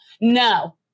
no